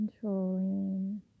controlling